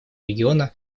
региона